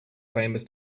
famous